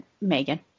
Megan